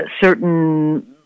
certain